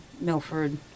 milford